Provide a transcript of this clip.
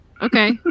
Okay